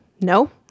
No